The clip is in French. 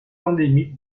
endémique